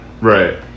right